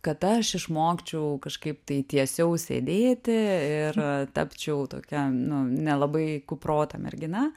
kad aš išmokčiau kažkaip tai tiesiau sėdėti ir tapčiau tokia nu nelabai kuprota mergina